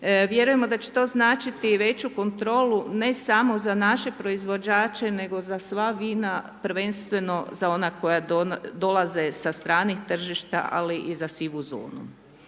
Vjerujemo da će to značiti i veću kontrolu, ne samo za naše proizvođače, nego za sva vina, prvenstveno za ona koja dolaze sa stranih tržišta, ali i za sivu zonu.